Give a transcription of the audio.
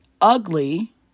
ugly